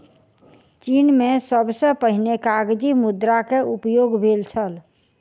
चीन में सबसे पहिने कागज़ी मुद्रा के उपयोग भेल छल